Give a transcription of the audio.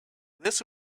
this